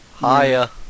Hiya